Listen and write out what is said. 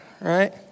right